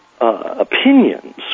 opinions